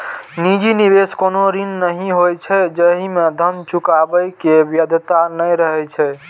निजी निवेश कोनो ऋण नहि होइ छै, जाहि मे धन चुकाबै के बाध्यता नै रहै छै